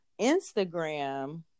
Instagram